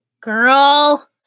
Girl